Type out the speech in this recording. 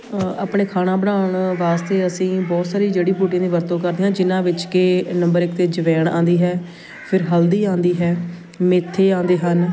ਆਪਣੇ ਖਾਣਾ ਬਣਾਉਣ ਵਾਸਤੇ ਅਸੀਂ ਬਹੁਤ ਸਾਰੀ ਜੜੀ ਬੂਟੀਆਂ ਦੀ ਵਰਤੋਂ ਕਰਦੇ ਹਾਂ ਜਿਹਨਾਂ ਵਿੱਚ ਕਿ ਨੰਬਰ ਇੱਕ 'ਤੇ ਜਵੈਣ ਆਉਂਦੀ ਹੈ ਫਿਰ ਹਲਦੀ ਆਉਂਦੀ ਹੈ ਮੇਥੇ ਆਉਂਦੇ ਹਨ